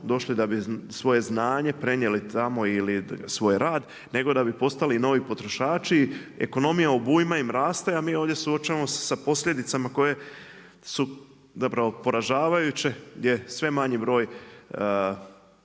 došli da bi svoje znanje prenijeli tamo ili svoj rad nego da bi postali novi potrošači i ekonomija obujma im raste, a mi ovdje se suočavamo sa posljedicama koje su poražavajuće gdje je sve manji broj